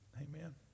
amen